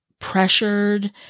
Pressured